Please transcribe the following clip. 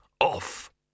off